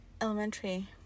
Elementary